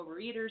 overeaters